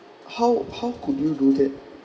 how how could you do that